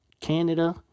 Canada